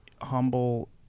humble